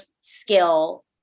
skill